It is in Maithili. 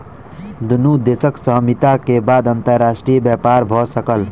दुनू देशक सहमति के बाद अंतर्राष्ट्रीय व्यापार भ सकल